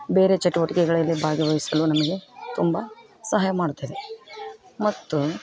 ಬೇರೆ ಚಟುವಟಿಕೆಗಳಲ್ಲಿ ಭಾಗವಹಿಸಲು ನಮಗೆ ತುಂಬ ಸಹಾಯ ಮಾಡುತ್ತದೆ ಮತ್ತು